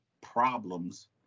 problems